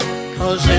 cause